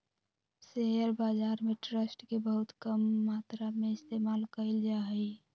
share बाजार में trust के बहुत कम मात्रा में इस्तेमाल कइल जा हई